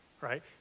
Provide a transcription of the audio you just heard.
right